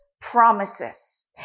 promises